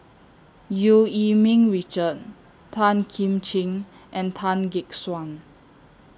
EU Yee Ming Richard Tan Kim Ching and Tan Gek Suan